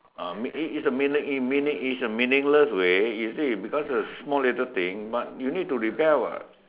uh me~ it's a meaning a meaning it's a meaningless way you see because it's a small little thing but you need to rebel [what]